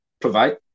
provide